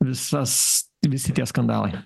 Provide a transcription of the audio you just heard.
visas visi tie skandalai